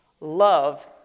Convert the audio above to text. love